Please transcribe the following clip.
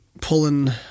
pulling